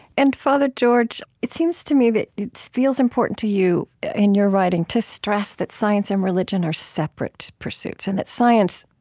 and father george, it seems to me that it feels important to you in your writing to stress that science and religion are separate pursuits and that science,